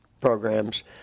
programs